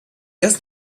ersten